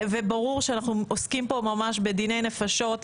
וברור שאנחנו ועוסקים פה ממש בדיני נפשות,